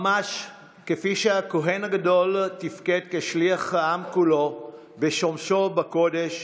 ממש כפי שהכוהן הגדול תפקד כשליח העם כולו בשמשו בקודש,